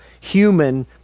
human